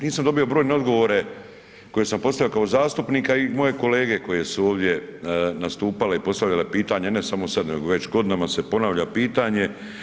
Nisam dobio brojne odgovore koje sam postavio kao zastupnik i moje kolege koje su ovdje nastupale i postavljale pitanja ne samo sada, nego već godinama se ponavlja pitanje.